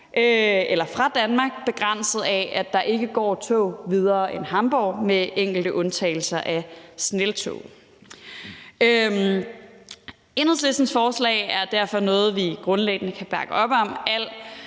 fra Danmark begrænset af, at der ikke går tog videre end Hamborg med undtagelse af Snälltåget. Enhedslistens forslag er derfor noget, vi grundlæggende kan bakke op om.